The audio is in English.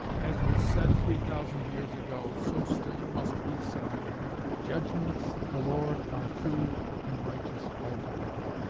as was said three thousand years ago, so still it must be said the judgments of the lord are true and righteous altogether.